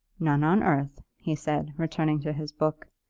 none on earth, he said, returning to his book.